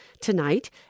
tonight